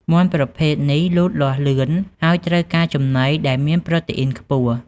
មាន់ប្រភេទនេះលូតលាស់លឿន ហើយត្រូវការចំណីដែលមានប្រូតេអ៊ីនខ្ពស់។